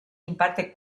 imparte